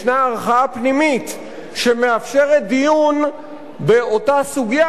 ישנה ערכאה פנימית שמאפשרת דיון באותה סוגיה,